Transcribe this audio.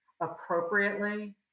appropriately